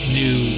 new